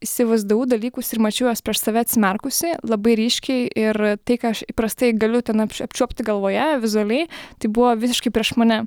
įsivaizdavau dalykus ir mačiau juos prieš save atsimerkusi labai ryškiai ir tai ką aš įprastai galiu ten apčiuo apčiuopti galvoje vizualiai tai buvo visiškai prieš mane